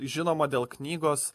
žinoma dėl knygos